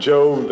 Job